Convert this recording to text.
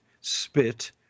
spit